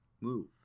move